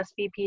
SVP